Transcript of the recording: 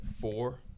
four